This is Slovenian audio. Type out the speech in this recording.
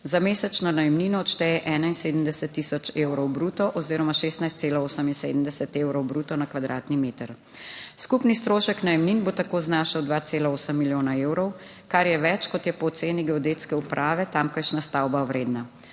za mesečno najemnino odšteje 71 tisoč evrov bruto oziroma 16,78 evrov bruto na kvadratni meter. Skupni strošek najemnin bo tako znašal 2,8 milijona evrov, kar je več, kot je po oceni geodetske uprave tamkajšnja stavba vredna.